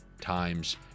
times